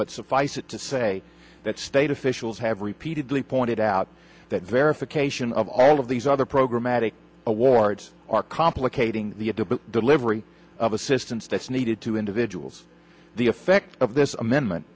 but suffice it to say that state officials have repeatedly pointed out that verification of all of these other program at a awards are complicating the delivery of assistance that's needed to individuals the effect of this amendment